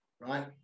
right